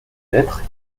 lettres